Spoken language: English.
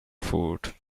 food